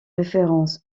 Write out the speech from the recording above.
référence